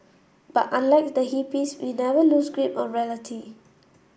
but unlike the hippies we never lose grip on reality